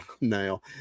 now